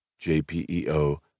JPEO